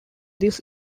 this